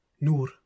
Nur